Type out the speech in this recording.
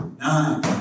Nine